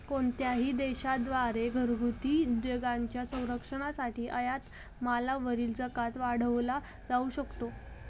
कोणत्याही देशा द्वारे घरगुती उद्योगांच्या संरक्षणासाठी आयात मालावरील जकात वाढवला जाऊ शकतो